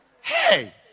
Hey